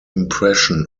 impression